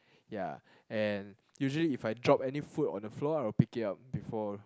ya and usually if I drop any food on the floor I will pick it up before